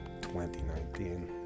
2019